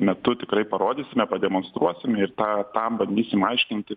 metu tikrai parodysime pademonstruosime ir tą tam bandysim aiškinti